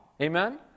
Amen